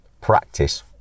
Practice